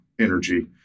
energy